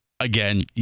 Again